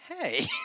hey